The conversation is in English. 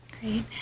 Great